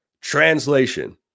Translation